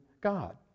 God